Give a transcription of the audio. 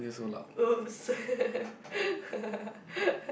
!oops!